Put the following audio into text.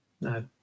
No